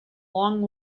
long